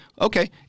okay